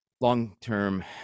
long-term